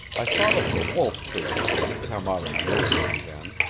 i thought of the wolf-figure who had come out of the opium-den,